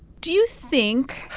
do you think.